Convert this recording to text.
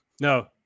No